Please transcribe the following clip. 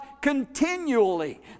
continually